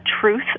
truth